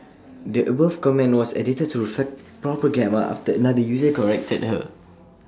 the above comment was edited to reflect proper grammar after another user corrected her